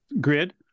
grid